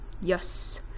Yes